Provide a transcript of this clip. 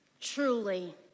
truly